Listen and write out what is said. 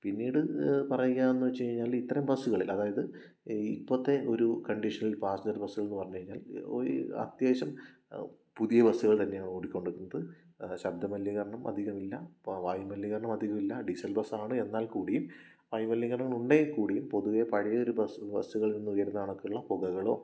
പിന്നീട് പറയുക എന്ന് വച്ചു കഴിഞ്ഞാൽ ഇത്തരം ബസ്സുകൾ അതായത് ഈ ഇപ്പോഴത്തെ ഒരു കണ്ടീഷനിൽ പാസഞ്ചർ ബസ്സുകൾ എന്നു പറഞ്ഞു കഴിഞ്ഞാൽ ഒരു അത്യാവശ്യം പുതിയ ബസ്സുകൾ തന്നെയാണ് ഓടിക്കൊണ്ടിക്കുന്നത് ശബ്ദമലിനീകരണം അധികം ഇല്ല ഇപ്പോൾ വായു മലിനീകരണം അധികമില്ല ഡീസൽ ബസ്സാണ് എന്നാൽ കൂടിയും വായു മലിനീകരണങ്ങളുണ്ടെങ്കിൽ കൂടിയും പൊതുവേ പഴയൊരു ബസ്സുകളിൽ നിന്ന് ഉയരുന്ന കണക്കുളള പുകകളോ